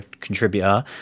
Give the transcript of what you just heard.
contributor